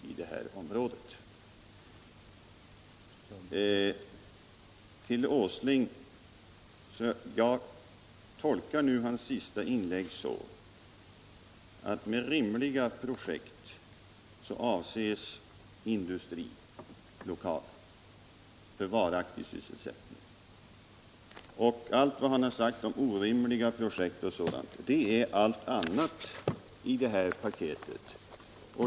För det andra till Nils Åsling: Jag tolkar Nils Åslings senaste inlägg så, att med rimliga projekt avses industrilokaler för varaktig sysselsättning, och med vad Nils Åsling sagt om orimliga projekt o. d. avses allt annat i det här paketet.